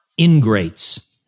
ingrates